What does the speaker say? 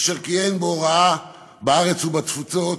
אשר כיהן בהוראה בארץ ובתפוצות